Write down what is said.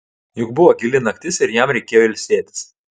juk buvo gili naktis ir jam reikėjo ilsėtis